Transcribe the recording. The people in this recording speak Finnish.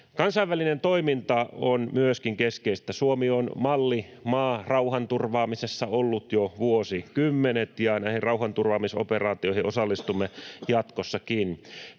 Kansainvälinen toiminta on myöskin keskeistä. Suomi on mallimaa rauhanturvaamisessa ollut jo vuosikymmenet, ja näihin rauhanturvaamisoperaatioihin osallistumme jatkossakin.